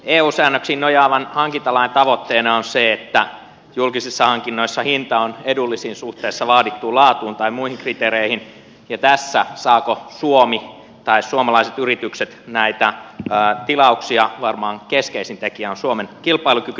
eu säännöksiin nojaavan hankintalain tavoitteena on se että julkisissa hankinnoissa hinta on edullisin suhteessa vaadittuun laatuun tai muihin kriteereihin ja siinä saako suomi tai saavatko suomalaiset yritykset näitä tilauksia varmaan keskeisin tekijä on suomen kilpailukyky